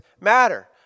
matter